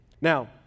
Now